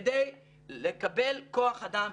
כדי לקבל כוח אדם,